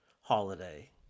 holiday